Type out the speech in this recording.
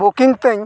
booking